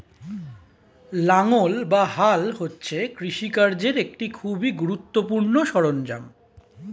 লাঙ্গল বা হাল হচ্ছে কৃষিকার্যের একটি খুবই গুরুত্বপূর্ণ সরঞ্জাম